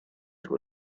suo